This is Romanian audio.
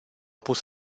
pus